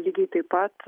lygiai taip pat